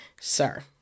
sir